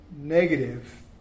negative